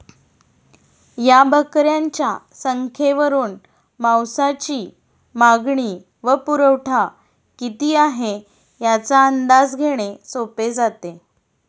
या बकऱ्यांच्या संख्येवरून मांसाची मागणी व पुरवठा किती आहे, याचा अंदाज घेणे सोपे जाते